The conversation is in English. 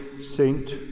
saint